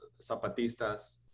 Zapatistas